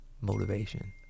motivation